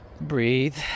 Breathe